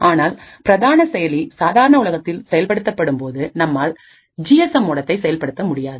ஆனால் பிரதான செயலி சாதாரண உலகத்தில் செயல்படுத்தப்படும் போதும் நம்மால் ஜி எஸ் எம் மோடத்தை செயல்படுத்த முடியாது